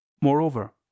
moreover